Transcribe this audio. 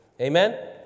Amen